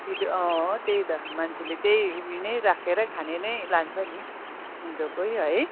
छिटो अँ त्यही त मान्छेले त्यही उयो नै राखेरै खाने नै लान्छ नि उँधोकै है